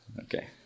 Okay